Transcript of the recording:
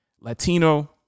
Latino